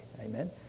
Amen